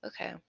okay